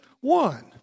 one